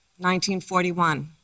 1941